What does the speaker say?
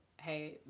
Hey